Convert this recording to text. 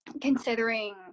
considering